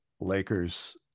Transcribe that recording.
Lakers